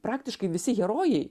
praktiškai visi herojai